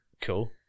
Cool